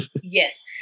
Yes